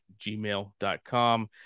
gmail.com